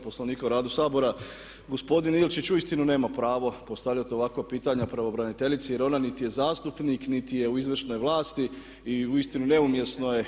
Poslovnika o radu Sabora gospodin Ilčić uistinu nema pravo postavljati ovakva pitanja pravobraniteljici jer ona niti je zastupnik, niti je u izvršnoj vlasti i uistinu neumjesno je.